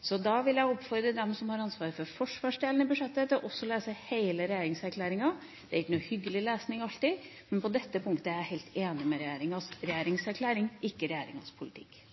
Jeg vil oppfordre dem som har ansvaret for forsvarsdelen i budsjettet, om å lese hele regjeringserklæringa. Det er ikke noe hyggelig lesning alltid, men på dette punktet er jeg helt enig i regjeringas regjeringserklæring, ikke i regjeringas politikk.